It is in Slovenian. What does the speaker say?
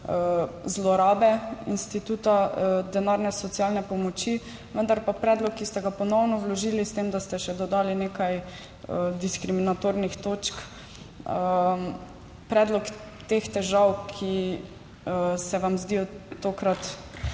zlorabe instituta denarne socialne pomoči, vendar pa predlog, ki ste ga ponovno vložili, s tem da ste še dodali nekaj diskriminatornih točk, predlog teh težav, ki se vam zdijo tokrat